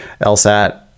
LSAT